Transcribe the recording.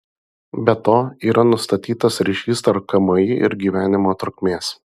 be to yra nustatytas ryšys tarp kmi ir gyvenimo trukmės